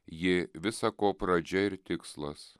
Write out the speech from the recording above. ji visa ko pradžia ir tikslas